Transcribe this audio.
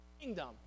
kingdom